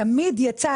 תמיד יצא,